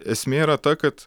esmė yra ta kad